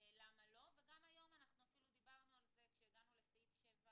למה לא וגם היום דיברנו על זה כשדיברנו על 7(3)